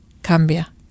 cambia